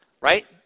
right